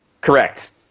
Correct